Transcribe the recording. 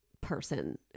person